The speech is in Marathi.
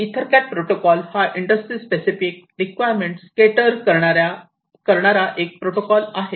इथरकॅट प्रोटोकॉल हा इंडस्ट्री स्पेसिफिक रिक्वायरमेंट केटर करणारा एक प्रोटोकॉल आहे